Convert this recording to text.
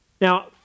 Now